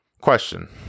Question